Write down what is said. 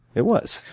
it was.